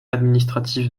administratif